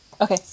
Okay